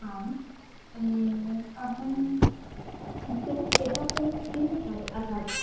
आम् अहम् अस्तु ह्यः त्वं किं का अखादत्